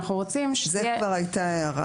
על זה כבר הייתה הערה.